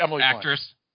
actress